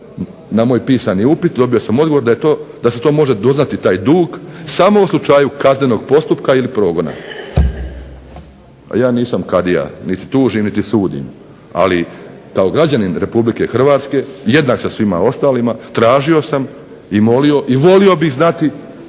na moj pisani upit dobio sam odgovor da se to može doznati taj dug samo u slučaju kaznenog postupka ili progona. Pa ja nisam kadija, niti tužim niti sudim, ali kao građanin RH jednak sa svima ostalima tražio sam i molio i volio bih znati